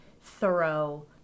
thorough